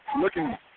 Looking